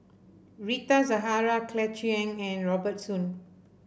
Rita Zahara Claire Chiang and Robert Soon